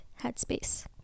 headspace